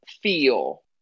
feel